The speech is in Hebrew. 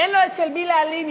אין לו אצל מי להלין,